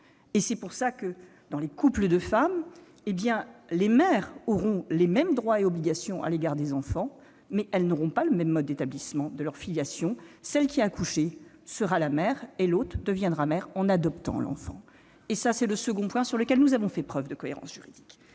la raison pour laquelle, dans les couples de femmes, les mères auront les mêmes droits et obligations à l'égard des enfants, mais ne bénéficieront pas du même mode d'établissement de leur filiation : celle qui a accouché sera la mère, quand l'autre deviendra mère en adoptant l'enfant. Sur ce point, nous avons donc fait preuve de cohérence juridique.